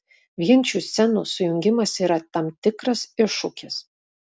vien šių scenų sujungimas yra tam tikras iššūkis